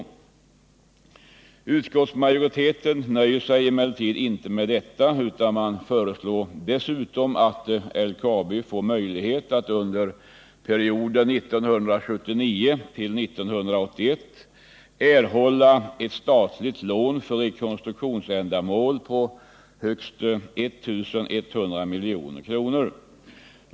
Utskottsmajoriteten nöjer sig emellertid inte med detta utan föreslår dessutom att LKAB får möjlighet att under perioden 1979-1981 erhålla ett statligt lån för rekonstruktionsändamål på högst 1 100 milj.kr.